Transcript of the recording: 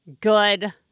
good